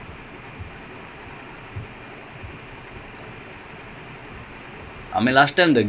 maradona just run through maradona is insane last time also lah but it's so different